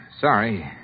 Sorry